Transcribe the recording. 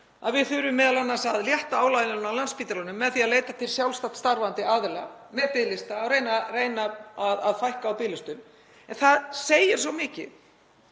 að við þurfum m.a. að létta álaginu af Landspítalanum með því að leita til sjálfstætt starfandi aðila til að reyna að fækka á biðlistum. Það segir svo mikið